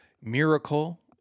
miracle